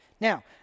Now